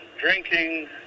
drinking